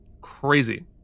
crazy